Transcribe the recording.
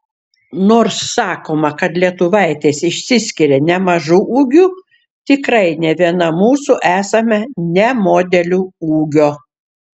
nors sakoma kad lietuvaitės išsiskiria nemažu ūgiu tikrai ne viena mūsų esame ne modelių ūgio